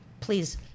please